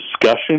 discussion